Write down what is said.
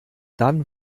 dann